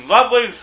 Lovely